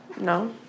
No